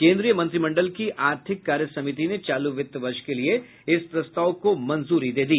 केन्द्रीय मंत्रिमंडल की आर्थिक कार्य समिति ने चालू वित्त वर्ष के लिए इस प्रस्ताव को मंजूरी दी